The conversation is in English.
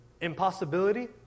Impossibility